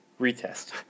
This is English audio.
retest